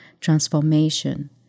transformation